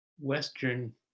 Western